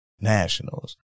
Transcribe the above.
Nationals